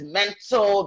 mental